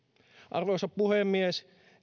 arvoisa puhemies